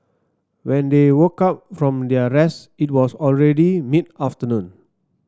when they woke up from their rest it was already mid afternoon